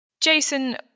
Jason